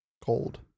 cold